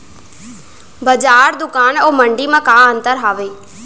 बजार, दुकान अऊ मंडी मा का अंतर हावे?